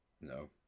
No